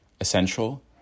essential